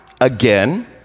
again